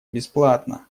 бесплатно